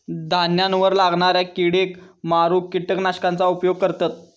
धान्यावर लागणाऱ्या किडेक मारूक किटकनाशकांचा उपयोग करतत